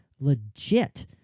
legit